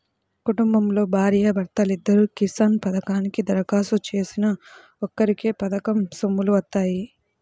కుటుంబంలో భార్యా భర్తలిద్దరూ కిసాన్ పథకానికి దరఖాస్తు చేసినా ఒక్కరికే పథకం సొమ్ములు వత్తాయి